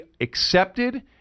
accepted